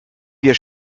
wir